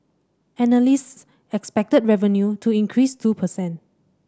analysts expected revenue to increase two percent